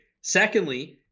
Secondly